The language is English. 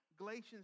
Galatians